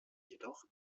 jedoch